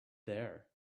there